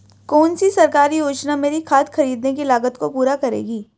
कौन सी सरकारी योजना मेरी खाद खरीदने की लागत को पूरा करेगी?